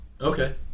Okay